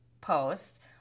post